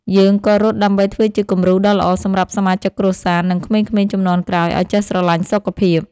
យើងក៏រត់ដើម្បីធ្វើជាគំរូដ៏ល្អសម្រាប់សមាជិកគ្រួសារ និងក្មេងៗជំនាន់ក្រោយឱ្យចេះស្រឡាញ់សុខភាព។